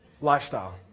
lifestyle